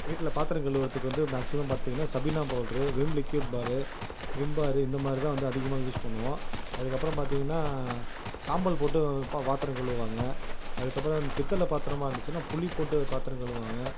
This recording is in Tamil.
வீட்டில் பாத்திரம் கழுவறத்துக்கு வந்து மேக்ஸிமம் பார்த்திங்கனா Sabena powder Vim liquid bar Vim bar இந்த மாதிரிதான் வந்து அதிகமாக யூஸ் பண்ணுவோம் அதுக்கப்புறம் பார்த்திங்கனா சாம்பல் போட்டு பா பாத்தரம் கழுவுவாங்க அதுக்கப்புறம் பித்தளை பாத்திரமா இருந்துச்சுன்னால் புளி போட்டு பாத்திரம் கழுவுவாங்க